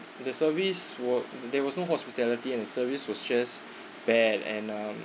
the service were th~ there was no hospitality and service was just bad and um